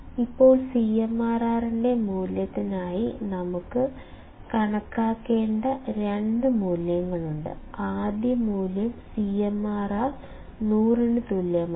ഇപ്പോൾ CMRR ന്റെ മൂല്യത്തിനായി നമുക്ക് കണക്കാക്കേണ്ട രണ്ട് മൂല്യങ്ങളുണ്ട് ആദ്യ മൂല്യം CMRR 100 ന് തുല്യമാണ്